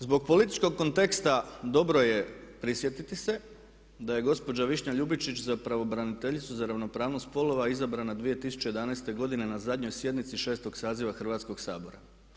Zbog političkog konteksta dobro je prisjetiti se da je gospođa Višnja Ljubičić za pravobraniteljicu za ravnopravnost spolova izabrana 2011.godine na zadnjoj sjednici 6. saziva Hrvatskog sabora.